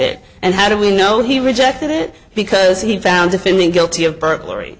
it and how do we know he rejected it because he found defendant guilty of burglary